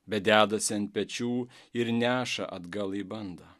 bet dedasi ant pečių ir neša atgal į bandą